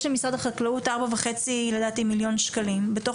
יש למשרד החקלאות 4.5 מיליון שקלים בתוך